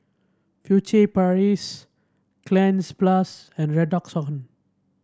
Furtere Paris Cleanz Plus and Redoxon